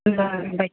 ल बाई